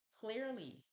clearly